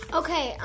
okay